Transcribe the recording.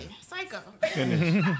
Psycho